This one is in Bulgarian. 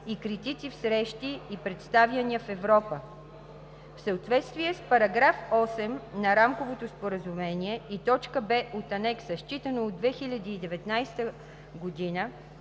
и критици в срещи и представяния в Европа. В съответствие с § 8 на Рамковото споразумение и т. „б“ от Анекса считано от 2019 г.